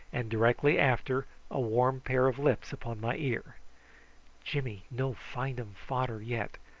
and directly after a warm pair of lips upon my ear jimmy no find um fader yet!